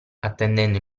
attendendo